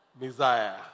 Messiah